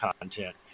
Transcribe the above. content